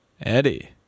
eddie